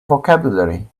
vocabulary